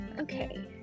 Okay